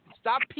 stop